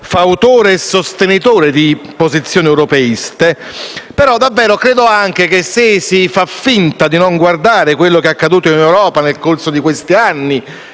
fautore e sostenitore di posizioni europeiste. Credo, che se si fa finta di non guardare quello che è accaduto in Europa nel corso di questi anni